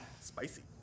spicy